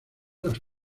las